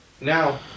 Now